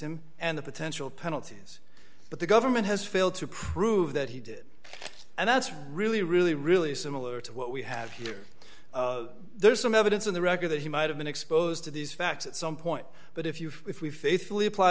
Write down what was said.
him and the potential penalties but the government has failed to prove that he did and that's really really really similar to what we have here there's some evidence in the record that he might have been exposed to these facts at some point but if you if we faithfully apply